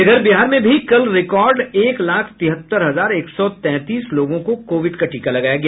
इधर बिहार में भी कल रिकॉर्ड एक लाख तिहत्तर हजार एक सौ तैंतीस लोगों को कोविड का टीका लगाया गया